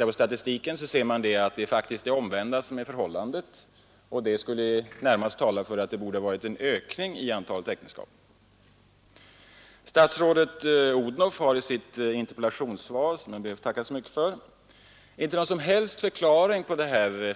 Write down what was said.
Av statistiken framgår att motsatsen är förhållandet, så av den anledningen borde antalet äktenskap snarast öka. Statsrådet Odhnoff har i sitt interpellationssvar — som jag ber att få tacka så mycket för — inte någon som helst förklaring på